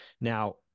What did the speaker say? Now